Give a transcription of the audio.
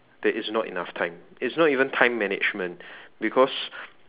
there is not enough time it's not even time management because